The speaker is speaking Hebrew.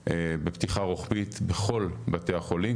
תחומים בפתיחה רוחבית בכל בתי החולים.